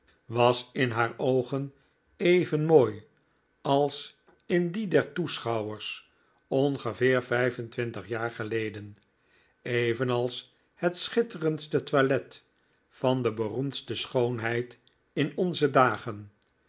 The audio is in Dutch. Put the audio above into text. was in haar oogen even mooi als in die der toeschouwers ongeveer vijf en twintig jaar geleden evenals het schitterendste toilet van de beroemdste schoonheid in onze dagen